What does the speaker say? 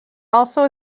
also